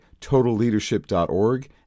totalleadership.org